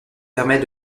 permet